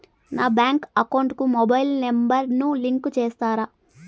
నా bank account కు mobile number ను లింకు చేస్తారా?